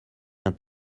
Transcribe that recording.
vient